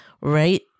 right